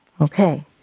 Okay